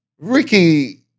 Ricky